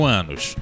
anos